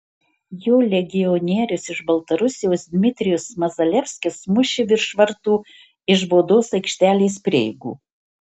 jo legionierius iš baltarusijos dmitrijus mazalevskis mušė virš vartų iš baudos aikštelės prieigų